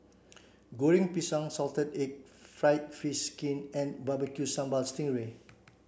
Goreng Pisang salted egg fried fish skin and barbecue sambal sting ray